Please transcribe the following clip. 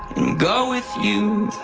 go with you.